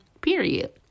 Period